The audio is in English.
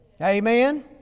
Amen